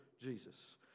Jesus